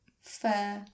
fur